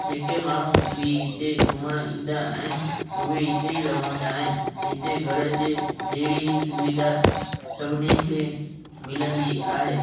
जेके माण्हू बि हिते घुमण ईंदा आहिनि उहे हिते ई रहंदा आहिनि हिते घर जे जहिड़ी ई सुविधा सभिनीनि खे मिलंदी आहे